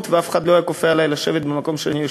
ואף אחד לא היה כופה עלי לשבת במקום שאני יושב.